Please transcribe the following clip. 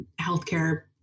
healthcare